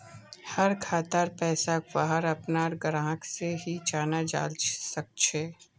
हर खातार पैसाक वहार अपनार ग्राहक से ही जाना जाल सकछे